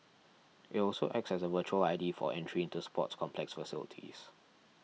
it also acts as a virtual I D for entry into sports complex facilities